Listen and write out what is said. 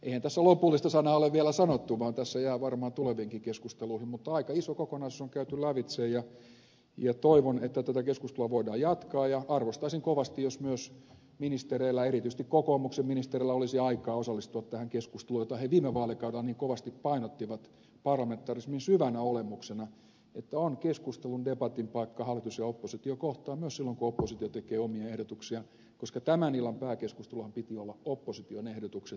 eihän tässä lopullista sanaa ole vielä sanottu vaan tässä jää varmaan tuleviinkin keskusteluihin mutta aika iso kokonaisuus on käyty lävitse ja toivon että tätä keskustelua voidaan jatkaa ja arvostaisin kovasti jos myös ministereillä erityisesti kokoomuksen ministereillä olisi aikaa osallistua tähän keskusteluun jota he viime vaalikaudella niin kovasti painottivat parlamentarismin syvänä olemuksena että on keskustelun debatin paikka hallitus ja oppositio kohtaavat myös silloin kun oppositio tekee omia ehdotuksiaan koska tämän illan pääkeskustelunhan piti olla opposition ehdotukset